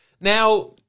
Now